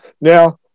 Now